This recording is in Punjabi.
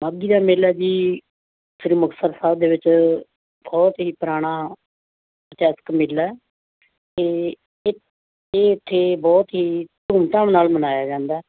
ਮਾਘੀ ਦਾ ਮੇਲਾ ਜੀ ਸ਼੍ਰੀ ਮੁਕਤਸਰ ਸਾਹਿਬ ਦੇ ਵਿੱਚ ਬਹੁਤ ਹੀ ਪੁਰਾਣਾ ਇਤਿਹਾਸਿਕ ਮੇਲਾ ਅਤੇ ਇ ਇਹ ਇੱਥੇ ਬਹੁਤ ਹੀ ਧੂਮ ਧਾਮ ਨਾਲ ਮਨਾਇਆ ਜਾਂਦਾ